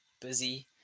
busy